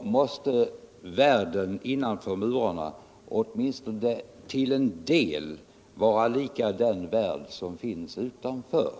måste världen innanför murarna åtminstone till en del vara lika den värld som finns utanför.